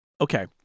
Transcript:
okay